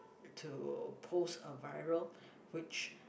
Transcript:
to post a viral which